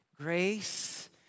grace